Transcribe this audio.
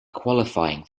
qualifying